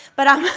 but